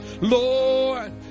Lord